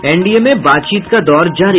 NDA में बातचीत का दौर जारी